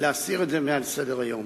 להסיר את זה מעל סדר-היום.